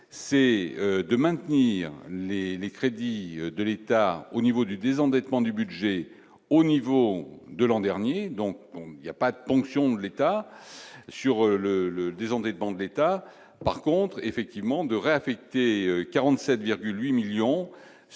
c'est de maintenir les les crédits de l'État au niveau du désendettement du budget au niveau de l'an dernier, donc il y a pas de ponctions de l'État sur le le le désendettement de l'État, par contre effectivement de réaffecter 47,8 millions sur le le